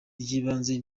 ry’ibanze